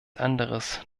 anderes